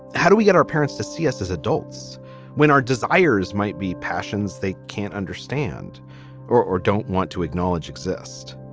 how do we get our parents to see us as adults when our desires might be passions they can't understand or or don't want to acknowledge exist?